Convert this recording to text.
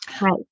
Right